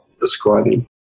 describing